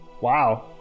Wow